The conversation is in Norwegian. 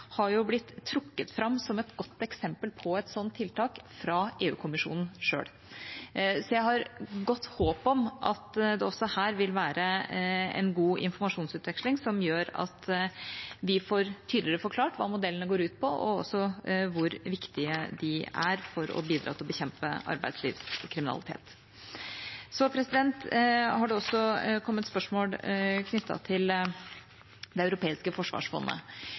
blitt trukket fram som et godt eksempel på et slikt tiltak fra EU-kommisjonen selv. Så jeg har godt håp om at det også her vil være en god informasjonsutveksling som gjør at vi får tydeligere forklart hva modellene går ut på, og hvor viktige de er for å bidra til å bekjempe arbeidslivskriminalitet. Det har også kommet spørsmål knyttet til det europeiske forsvarsfondet.